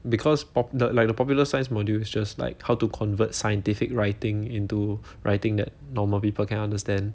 because pop~ the like the popular science module is just like how to convert scientific writing into writing that normal people can understand